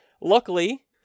luckily